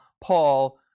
Paul